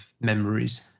memories